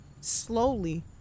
slowly